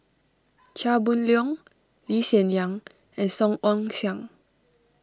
Chia Boon Leong Lee Hsien Yang and Song Ong Siang